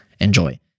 enjoy